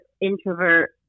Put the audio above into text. introvert